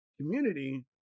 community